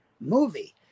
movie